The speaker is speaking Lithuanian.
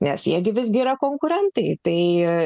nes jie gi visgi yra konkurentai tai